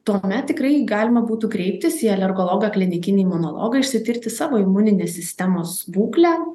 tuomet tikrai galima būtų kreiptis į alergologą klinikinį imunologą išsitirti savo imuninės sistemos būklę